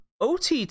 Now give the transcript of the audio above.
OTT